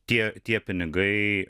tie tie pinigai